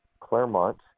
Claremont